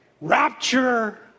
Rapture